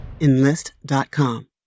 Enlist.com